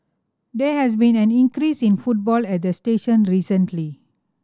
there has been an increase in footfall at the station recently